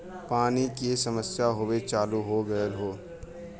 पानी के समस्या आवे चालू हो गयल हौ